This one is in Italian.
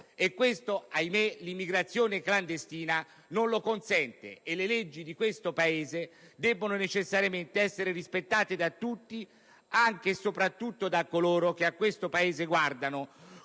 Questo, ahimè, l'immigrazione clandestina non lo consente. Le leggi di questo Paese debbono necessariamente essere rispettate da tutti, anche e soprattutto da coloro che a questo Paese guardano